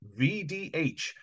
VDH